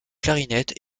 clarinette